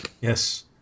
yes